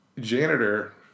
janitor